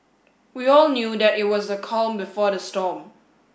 we all knew that it was the calm before the storm